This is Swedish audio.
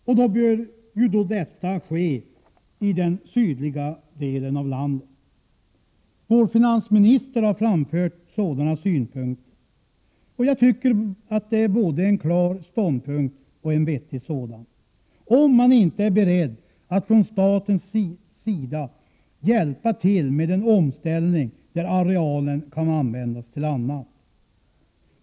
Detta bör då även ske i den sydliga delen av landet. Vår finansminister har framfört sådana synpunkter. Jag tycker att det var klara och vettiga ståndpunkter, om man inte är beredd att från statens sida hjälpa till med en omställning där arealen kan användas till annat.